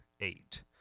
eight